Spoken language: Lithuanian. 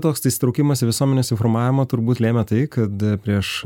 toks įsitraukimas į visuomenės informavimą turbūt lėmė tai kad prieš